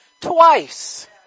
twice